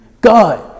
God